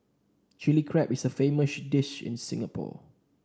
Chilli Crab is a famous dish in Singapore